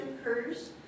occurs